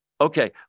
okay